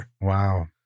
wow